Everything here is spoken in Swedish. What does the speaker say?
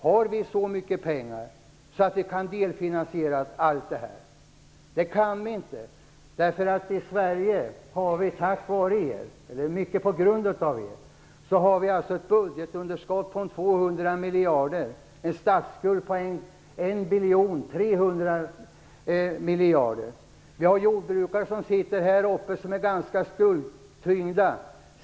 Har vi så mycket pengar att vi kan delfinansiera allt detta? Det kan vi inte. I Sverige har vi mycket på grund av er ett budgetunderskott på 200 miljarder och en statsskuld på 1 biljon 300 miljarder. Vi har jordbrukare som är ganska skuldtyngda.